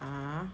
ah